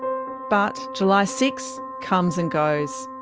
but july six comes and goes.